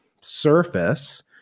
surface